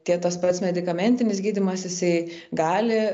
tiek tas pats medikamentinis gydymas jisai gali